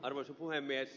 arvoisa puhemies